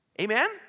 Amen